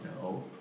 No